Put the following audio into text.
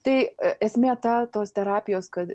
tai esmė ta tos terapijos kad